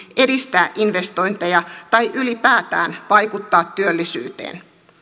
edistää investointeja tai ylipäätään vaikuttaa työllisyyteen